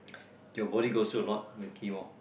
your body goes through a lot with chemo